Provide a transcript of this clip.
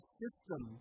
system